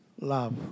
love